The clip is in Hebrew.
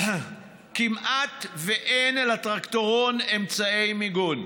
כמעט שאין לטרקטורון אמצעי מיגון.